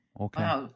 Okay